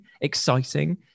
exciting